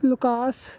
lucas